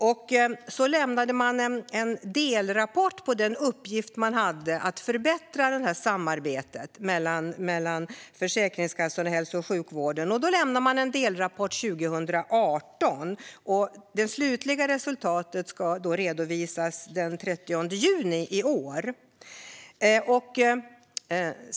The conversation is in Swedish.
En delrapport lämnades 2018 rörande den uppgift man hade att förbättra samarbetet mellan Försäkringskassan och hälso och sjukvården. Det slutliga resultatet ska redovisas den 30 juni i år.